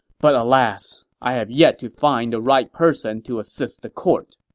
but alas, i have yet to find the right person to assist the court.